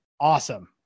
awesome